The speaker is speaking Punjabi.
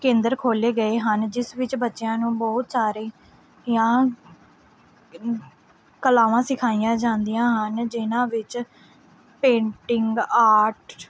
ਕੇਂਦਰ ਖੋਲ੍ਹੇ ਗਏ ਹਨ ਜਿਸ ਵਿੱਚ ਬੱਚਿਆਂ ਨੂੰ ਬਹੁਤ ਸਾਰੇ ਗਿਆਨ ਕਲਾਵਾਂ ਸਿਖਾਈਆਂ ਜਾਂਦੀਆਂ ਹਨ ਜਿਨ੍ਹਾਂ ਵਿੱਚ ਪੇਂਟਿੰਗ ਆਰਟ